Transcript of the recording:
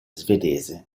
svedese